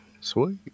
sweet